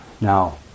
now